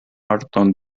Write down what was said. arton